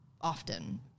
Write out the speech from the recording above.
often